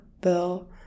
Bill